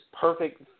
perfect